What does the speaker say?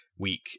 week